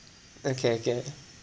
okay okay